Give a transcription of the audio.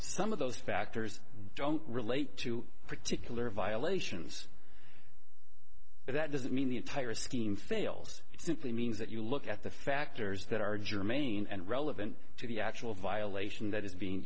some of those factors don't relate to particular violations but that doesn't mean the entire scheme fails simply means that you look at the factors that are germane and relevant to the actual violation that is being